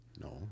No